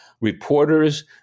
reporters